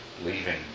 leaving